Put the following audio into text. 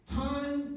time